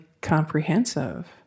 comprehensive